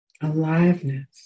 aliveness